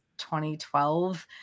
2012